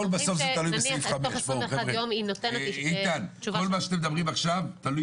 אנחנו אומרים שנניח תוך 21 יום היא נותנת תשובה שלילית.